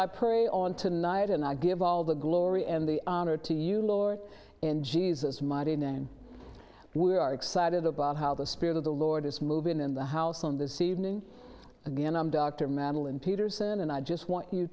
decide on tonight and i give all the glory and the honor to you lord and jesus mighty name we are excited about how the spirit of the lord is moving in the house on this evening again i'm dr madeline peterson and i just want you